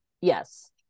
yes